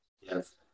Yes